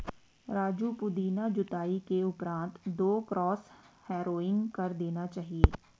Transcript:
राजू पुदीना जुताई के उपरांत दो क्रॉस हैरोइंग कर देना चाहिए